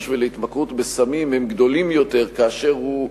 ולהתמכרות לסמים היא גדולה יותר כאשר הוא,